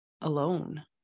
alone